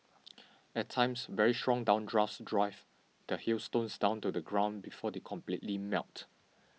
at times very strong downdrafts drive the hailstones down to the ground before they completely melt